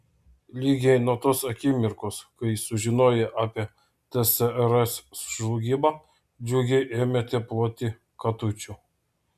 lygiai nuo tos akimirkos kai sužinoję apie tsrs žlugimą džiugiai ėmėte ploti katučių